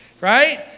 right